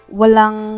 walang